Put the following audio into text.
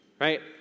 right